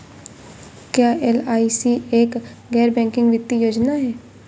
क्या एल.आई.सी एक गैर बैंकिंग वित्तीय योजना है?